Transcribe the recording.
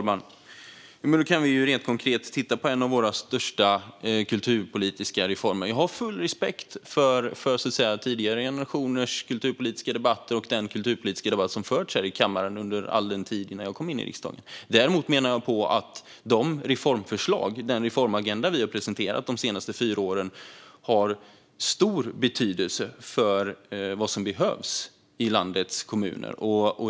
Fru talman! Då kan vi konkret titta på en av våra största kulturpolitiska reformer. Jag har full respekt för tidigare generationers kulturpolitiska debatter och den kulturpolitiska debatt som har förts här i kammaren innan jag kom in i riksdagen. Däremot menar jag att den reformagenda som vi har presenterat under de senaste fyra åren har stor betydelse för vad som behövs i landets kommuner.